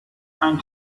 ein